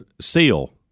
SEAL